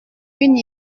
une